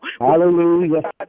Hallelujah